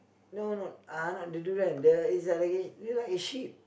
no no uh not the durian the it's like a like a ship